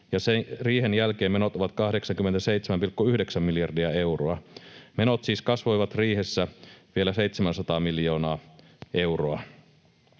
riihen jälkeen menot ovat 87,9 miljardia euroa. Menot siis kasvoivat riihessä vielä 700 miljoonaa euroa.